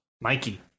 Mikey